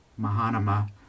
Mahanama